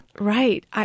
Right